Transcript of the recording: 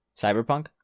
Cyberpunk